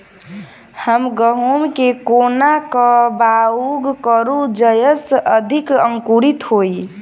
हम गहूम केँ कोना कऽ बाउग करू जयस अधिक अंकुरित होइ?